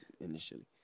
initially